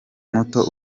muto